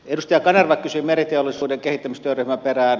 edustaja kanerva kysyi meriteollisuuden kehittämistyöryhmän perään